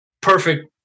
perfect